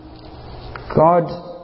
God